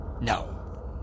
No